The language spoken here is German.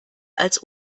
als